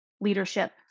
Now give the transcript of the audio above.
leadership